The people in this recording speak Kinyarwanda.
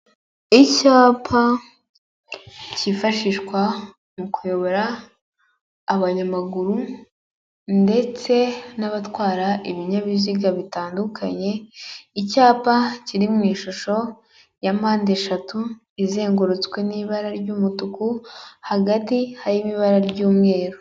Icyapa cyifashishwa mu kuyobora abanyamaguru ndetse n'abatwara ibinyabiziga bitandukanye, icyapa kiri mu ishusho ya mpandeshatu izengurutswe n'ibara ry'umutuku hagati harimo ibara ry'umweru.